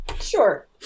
Sure